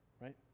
right